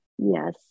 Yes